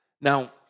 Now